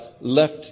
left